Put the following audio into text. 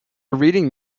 reading